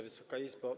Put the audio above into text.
Wysoka Izbo!